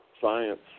science